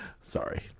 Sorry